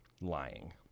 lying